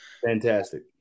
fantastic